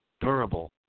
durable